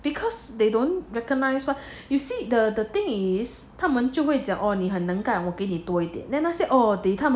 because they don't recognize what you see the the thing is 他们就会讲哦你很能干我给你多一点 then 那些 orh 给他吗